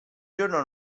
giorno